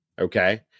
Okay